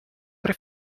tre